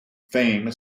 fame